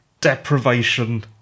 deprivation